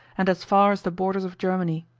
and as far as the borders of germany.